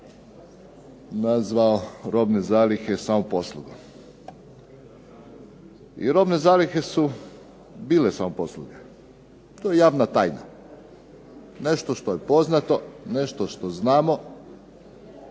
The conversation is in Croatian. nazvao robne zalihe samoposlugom. I robne zalihe su bile samoposluga, to je javna tajna. Nešto što je poznato, nešto što znamo.